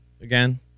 again